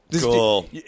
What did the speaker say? cool